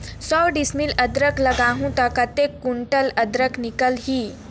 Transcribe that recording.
सौ डिसमिल अदरक लगाहूं ता कतेक कुंटल अदरक निकल ही?